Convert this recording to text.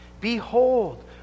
Behold